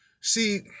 See